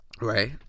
Right